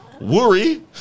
worry